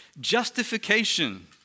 justification